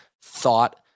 thought